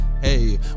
hey